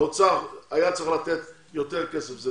האוצר היה צריך לתת יותר כסף.